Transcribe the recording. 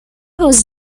was